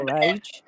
age